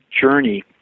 journey